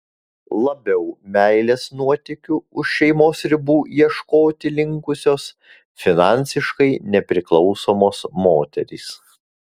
labiau meilės nuotykių už šeimos ribų ieškoti linkusios finansiškai nepriklausomos moterys